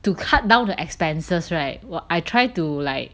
to cut down the expenses right 我 I try to like